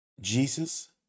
Jesus